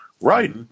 Right